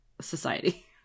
society